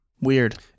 Weird